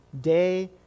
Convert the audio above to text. day